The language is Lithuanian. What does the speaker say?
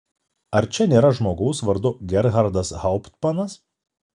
ar čia nėra žmogaus vardu gerhardas hauptmanas